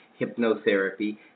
hypnotherapy